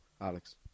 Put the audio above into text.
Alex